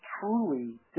truly